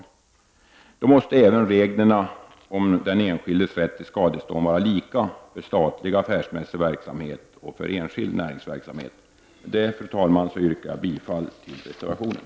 Men då måste även reglerna om den enskildes rätt till skadestånd vara lika för statlig affärsmässig verksamhet och för enskild näringsverksamhet. Med detta yrkar jag, fru talman, bifall till reservationen.